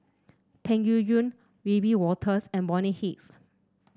Peng Yuyun Wiebe Wolters and Bonny Hicks